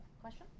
Question